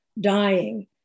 dying